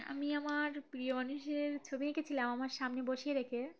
আমি আমার প্রিয় মানুষের ছবি এঁকেছিলাম আমার সামনে বসিয়ে রেখে